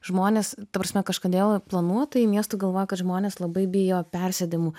žmonės ta prasme kažkodėl planuotojai miestų galvoja kad žmonės labai bijo persėdimų